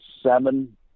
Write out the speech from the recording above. seven